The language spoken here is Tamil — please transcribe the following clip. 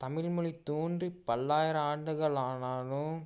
தமிழ் மொழி தோன்றி பல்லாயிரம் ஆண்டுகள் ஆனாலும்